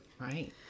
Right